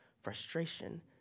frustration